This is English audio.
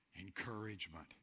Encouragement